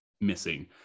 missing